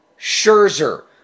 Scherzer